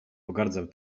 pogardzał